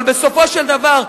אבל בסופו של דבר,